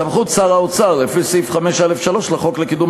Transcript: סמכות שר האוצר לפי סעיף 5(א)(3) לחוק לקידום